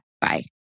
Bye